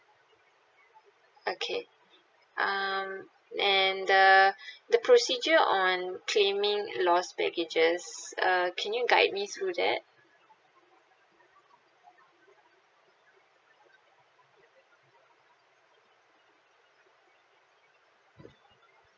okay um and the the procedure on claiming lost baggages uh can you guide me through that